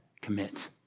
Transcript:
commit